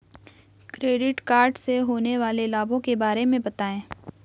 Credit card से होने वाले लाभों के बारे में बताएं?